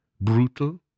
Brutal